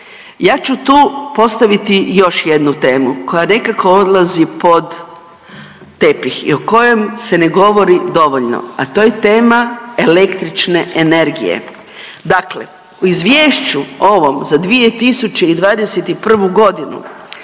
Ja ću tu postaviti još jednu temu koja nekako odlazi pod tepih i o kojoj se ne govori dovoljno, a to je tema električne energije. Dakle, u izvješću ovom za 2021. godinu